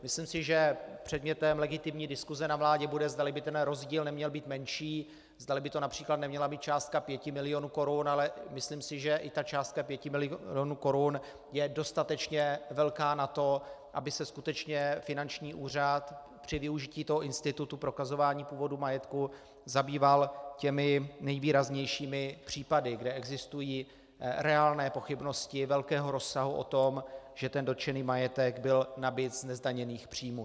Myslím si, že předmětem legitimní diskuse na vládě bude, zdali by ten rozdíl neměl být menší, zdali by to např. neměla být částka 5 mil. korun, ale myslím si, že i ta částka 5 mil. korun je dostatečně velká na to, aby se skutečně finanční úřad při využití institutu prokazování původu majetku zabýval těmi nejvýraznějšími případy, kde existují reálné pochybnosti velkého rozsahu o tom, že dotčený majetek byl nabyt z nezdaněných příjmů.